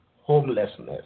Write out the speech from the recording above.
homelessness